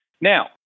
Now